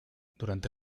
durante